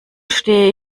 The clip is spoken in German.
stehe